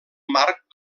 marc